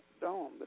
dome